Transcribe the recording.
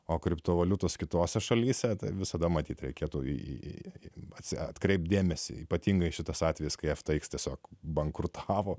o kriptovaliutos kitose šalyse visada matyt reikėtų į bazę atkreipti dėmesį ypatingai šitas atvejis kai aptiks tiesiog bankrutavo